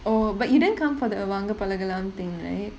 oh but you didn't come for the வாங்க பழகலாம்:vaanga palakalaam thing right